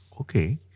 okay